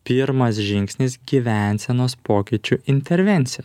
pirmas žingsnis gyvensenos pokyčių intervencija